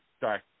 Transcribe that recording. Sorry